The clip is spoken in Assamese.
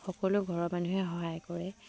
সকলো ঘৰৰ মানুহে সহায় কৰে